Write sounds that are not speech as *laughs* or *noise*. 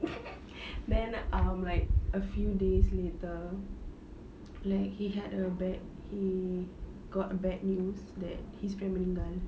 *laughs* then um like a few days later like he had a bad he got bad news that his friend meninggal